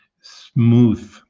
smooth